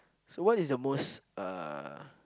so what is your most uh